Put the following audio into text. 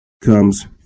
comes